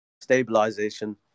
Stabilization